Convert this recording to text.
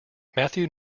matthew